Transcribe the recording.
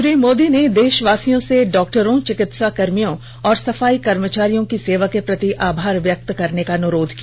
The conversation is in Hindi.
श्री मोदी ने देशवासियों से डॉक्टरों चिकित्सा कर्मियों और सफाई कर्मचारियों की सेवा के प्रति आभार व्यक्त करने का अनुरोध किया